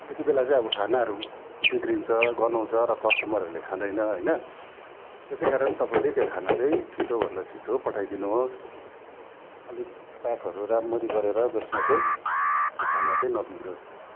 यति बेला चाहिँ अब खानाहरू बिग्रिन्छ गन्हाउँछ र कस्टमरहरूले खाँदैन होइन यसै कारण तपाईँले त्यो खाना चाहिँ छिट्टोभन्दा छिट्टो पठाइदिनु होस् अलिक प्याकहरू राम्ररी गरेर जसमा चाहिँ त्यो खाना चाहिँ नबिग्रोस्